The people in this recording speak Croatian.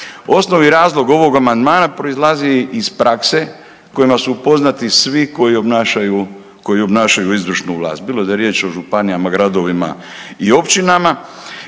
Osnovni razlog ovog amandmana proizlazi iz prakse kojima su upoznati svi koji obnašanju, koji obnašanju izvršnu vlast bilo da je riječ o županijama, gradovima i općinama